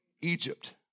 Egypt